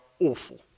awful